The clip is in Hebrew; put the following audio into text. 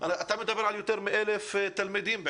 את מדבר על יותר מ-1,000 תלמידים.